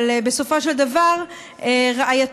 אבל בסופו של דבר רעייתו,